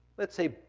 let's say,